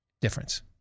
difference